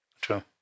True